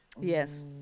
Yes